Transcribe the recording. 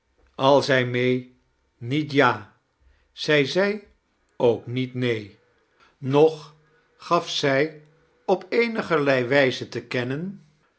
zei may niet ja zij zei ook niet neen noch gaf zij op eenigerlei wijze te kennen